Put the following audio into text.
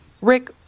Rick